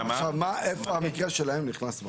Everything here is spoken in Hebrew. איפה המקרה שלהם נכנס פה.